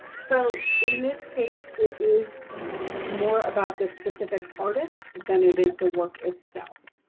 so in this case, it is more about the specific artist than it is the work itself.